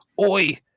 Oi